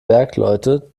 bergleute